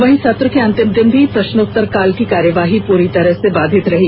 वहीं सत्र के अंतिम दिन भी प्रश्नोत्तर कॉल की कार्यवाही पूरी तरह से बाधित रही